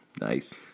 Nice